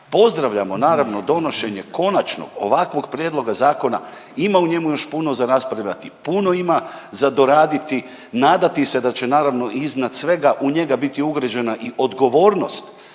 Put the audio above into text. Pozdravljamo naravno donošenje konačno ovakvog prijedloga zakona, ima u njemu još puno za raspravljati, puno ima za doraditi, nadati se da će naravno iznad svega u njega biti ugrađena i odgovornost